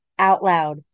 OUTLOUD